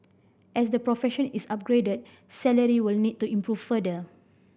as the profession is upgraded salary will need to improve further